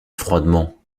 froidement